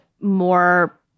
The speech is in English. more